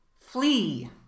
flee